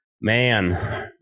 man